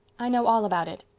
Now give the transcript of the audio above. i know all about it,